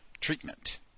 treatment